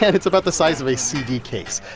it's about the size of a cd case.